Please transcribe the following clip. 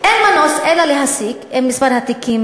אין מנוס אלא להסיק ממספר התיקים